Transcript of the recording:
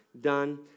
done